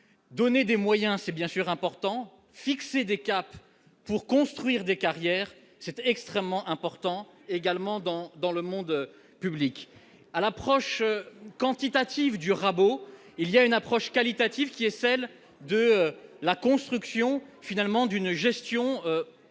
donner des moyens, c'est bien sûr important fixer des caps pour construire des carrières, c'était extrêmement important également dans dans le monde public à l'approche quantitative du rabot, il y a une approche qualitative qui est celle de la construction finalement d'une gestion moderne des